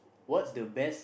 what is the best